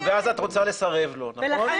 נכון ואז את רוצה לסרב לו, נכון?